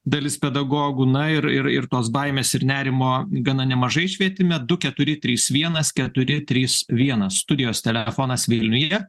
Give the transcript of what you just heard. dalis pedagogų na ir ir tos baimės ir nerimo gana nemažai švietime du keturi trys vienas keturi trys vienas studijos telefonas vilniuje